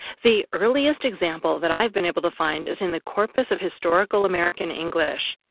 the earliest example that i've been able to find is in the corpus of historical american english,